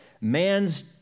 man's